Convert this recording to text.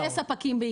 שני ספקים בעיקר.